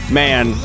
man